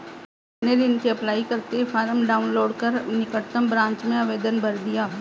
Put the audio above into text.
मैंने ऋण के अप्लाई करते ही फार्म डाऊनलोड कर निकटम ब्रांच में आवेदन भर दिया